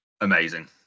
amazing